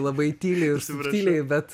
labai tyliai ir subtiliai bet